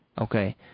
Okay